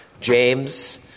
James